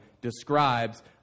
describes